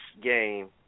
game